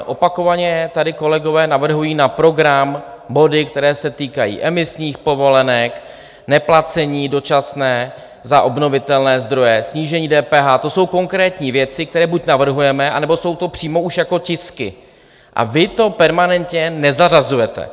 Opakovaně tady kolegové navrhují na program body, které se týkají emisních povolenek, neplacení dočasně za obnovitelné zdroje, snížení DPH, to jsou konkrétní věci, které buď navrhujeme, anebo jsou to přímo už tisky, a vy to permanentně nezařazujete.